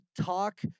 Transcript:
talk